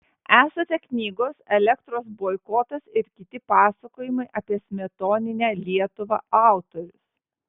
esate knygos elektros boikotas ir kiti pasakojimai apie smetoninę lietuvą autorius